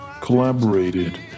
collaborated